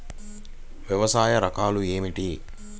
వ్యవసాయ రకాలు ఏమిటి?